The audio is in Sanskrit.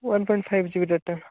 one point five GB data